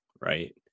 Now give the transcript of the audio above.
right